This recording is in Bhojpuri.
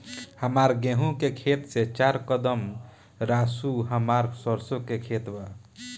हमार गेहू के खेत से चार कदम रासु हमार सरसों के खेत बा